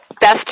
best